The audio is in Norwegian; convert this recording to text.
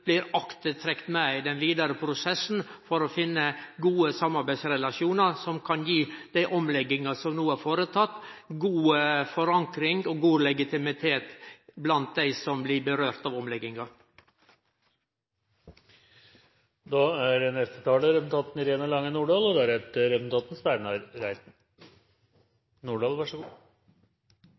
blir aktivt trekte med i den vidare prosessen for å finne gode samarbeidsrelasjonar som kan gje omlegginga som no er gjort, god forankring og god legitimitet blant dei som blir berørte av omlegginga. Proposisjon 89 L om endringer i reindriftsloven innebærer en avvikling av ordningen med områdestyrer og